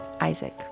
Isaac